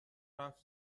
رفت